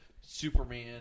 Superman